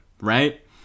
right